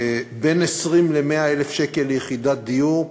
בין 20,000 ל-100,000 שקלים ליחידת דיור,